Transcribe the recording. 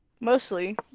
Mostly